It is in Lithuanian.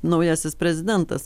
naujasis prezidentas